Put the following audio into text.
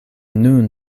nun